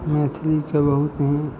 मैथिलीके बहुत ही